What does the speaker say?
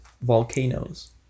volcanoes